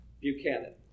Buchanan